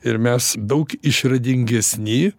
ir mes daug išradingesni